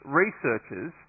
researchers